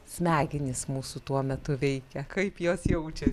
smegenys mūsų tuo metu veikia kaip jos jaučiasi